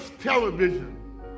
television